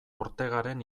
ortegaren